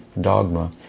dogma